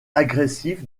agressive